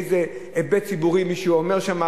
איזה היבט ציבורי מישהו אומר שם,